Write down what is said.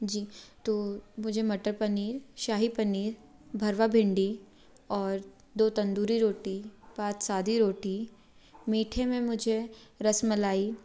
जी तो मुझे मटर पनीर शाही पनीर भरवा भिंडी और दो तंदूरी रोटी पाँच सादी रोटी मीठे में मुझे रसमलाई